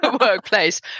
workplace